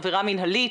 עבירה מינהלית.